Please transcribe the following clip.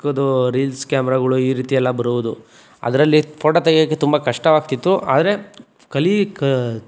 ಚಿಕ್ಕದು ರೀಲ್ಸ್ ಕ್ಯಾಮ್ರಾಗಳು ಈ ರೀತಿ ಎಲ್ಲ ಬರುವುದು ಅದರಲ್ಲಿ ಫೋಟೊ ತೆಗೆಯೋಕೆ ತುಂಬ ಕಷ್ಟವಾಗ್ತಿತ್ತು ಆದರೆ ಕಲೀಕ್